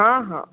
हा हा